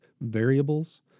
variables